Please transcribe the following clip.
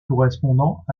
correspondants